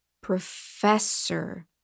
professor